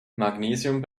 magnesium